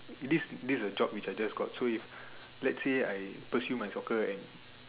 this this is a job which I just got so if let's say I pursue my soccer right